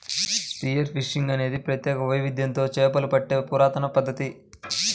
spear fishing అనేది ప్రత్యేక వైవిధ్యంతో చేపలు పట్టే పురాతన పద్ధతి